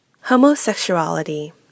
Homosexuality